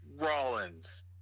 Rollins